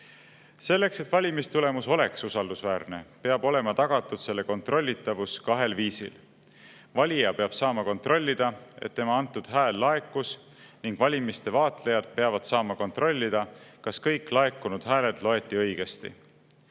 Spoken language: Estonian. Selleks, et valimistulemus oleks usaldusväärne, peab olema tagatud selle kontrollitavus kahel viisil: valija peab saama kontrollida, et tema antud hääl laekus, ning valimiste vaatlejad peavad saama kontrollida, kas kõik laekunud hääled loeti õigesti.